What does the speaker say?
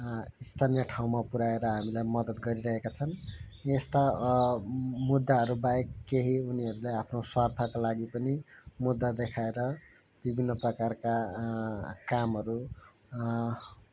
स्थानीय ठाउँमा पुऱ्याएर हामीलाई मद्दत गरिरहेका छन् यस्ता मुद्दाहरू बाहेक केही उनीहरूले आफ्नो स्वार्थका लागि पनि मुद्दा देखाएर विभिन्न प्रकारका कामहरू